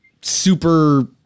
super